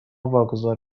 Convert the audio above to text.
واگذار